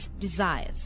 desires